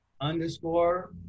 Underscore